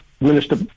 Minister